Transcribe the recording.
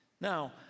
Now